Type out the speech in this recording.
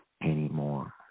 anymore